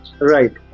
right